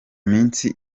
minsi